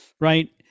right